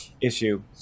issue